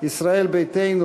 ישראל ביתנו,